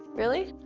really?